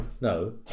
No